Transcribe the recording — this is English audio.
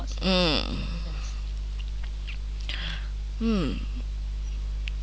mm mmm